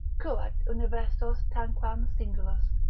curat universos tanquam singulos,